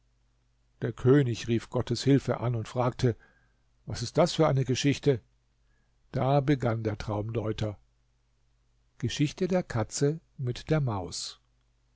der könig rief gottes hilfe an und fragte was ist das für eine geschichte da begann der traumdeuter geschichte der katze mit der maus